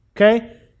Okay